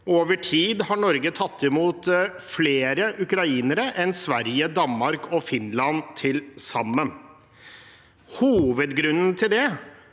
Over tid har Norge tatt imot flere ukrainere enn Sverige, Danmark og Finland til sammen. Hovedgrunnen til det